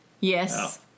Yes